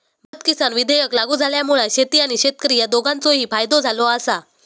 भारत किसान विधेयक लागू झाल्यामुळा शेती आणि शेतकरी ह्या दोघांचोही फायदो झालो आसा